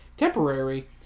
Temporary